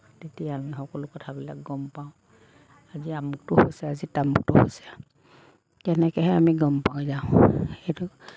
তেতিয়া আমি সকলো কথাবিলাক গম পাওঁ আজি আমুকটো হৈছে আজি তামুকটো হৈছে তেনেকৈহে আমি গম পাই যাওঁ সেইটো